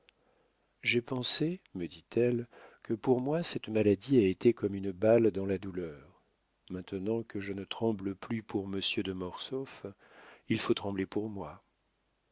j'ai pensé me dit-elle que pour moi cette maladie a été comme une halte dans la douleur maintenant que je ne tremble plus pour monsieur de mortsauf il faut trembler pour moi